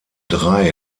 drei